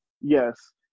Yes